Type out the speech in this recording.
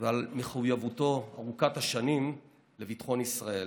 ועל מחויבותו ארוכת השנים לביטחון ישראל.